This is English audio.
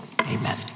amen